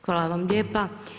Hvala vam lijepa.